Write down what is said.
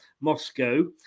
Moscow